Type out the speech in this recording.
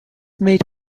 made